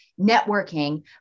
networking